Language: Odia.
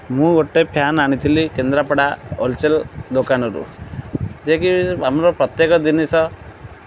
ମୁଁ ଗୋଟେ ଫ୍ୟାନ୍ ଆଣିଥିଲି କେନ୍ଦ୍ରାପଡ଼ା ହୋଲସେଲ୍ ଦୋକାନରୁ ଯେ କି ଆମର ପ୍ରତ୍ୟେକ ଜିନିଷ